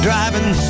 Driving